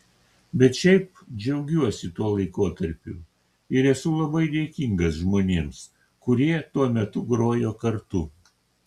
bet šiaip džiaugiuosi tuo laikotarpiu ir esu labai dėkingas žmonėms kurie tuo metu grojo kartu